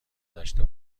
داشته